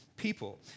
people